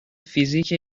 فیزیک